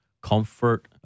comfort